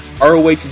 ROH